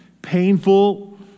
painful